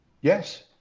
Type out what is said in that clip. Yes